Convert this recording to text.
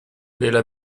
della